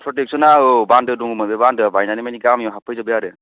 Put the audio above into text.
प्रटेकसनआ औ बान्दो दंमोन बे बान्दोआ बायननै मानि गामियाव हाबफैजोबबाय आरो